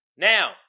Now